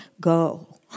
go